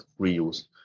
reuse